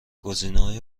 گزینههای